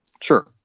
Sure